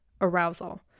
arousal